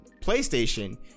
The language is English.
PlayStation